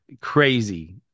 crazy